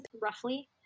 roughly